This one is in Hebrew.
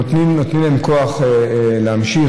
נותנים להם כוח להמשיך.